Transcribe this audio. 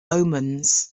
omens